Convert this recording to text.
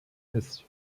ist